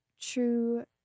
true